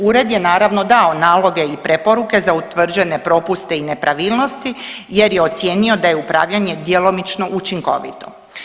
Ured je naravno dao naloge i preporuke za utvrđene propuste i nepravilnosti jer je ocijenio da je upravljanje djelomično učinkovito.